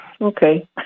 okay